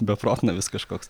beprotnamis kažkoks